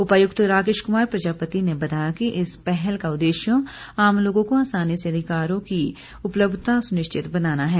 उपायुक्त राकेश कुमार प्रजापति ने बताया कि इस पहल का उद्देश्य आम लोगों को आसानी से अधिकारियों की उपलब्धता सुनिश्चित बनाना है